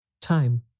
Time